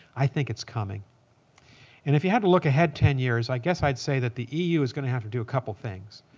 i think it's coming. and if you had to look ahead ten years, i guess i'd say that the eu is going to have to do a couple of things.